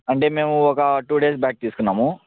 అంటే మేము ఒకా టూ డేస్ బ్యాక్ తీసుకున్నాము